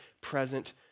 present